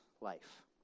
life